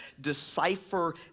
decipher